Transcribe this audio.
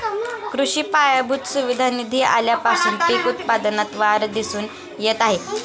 कृषी पायाभूत सुविधा निधी आल्यापासून पीक उत्पादनात वाढ दिसून येत आहे